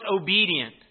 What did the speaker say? obedient